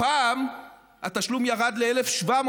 הפעם התשלום ירד ל-1,700,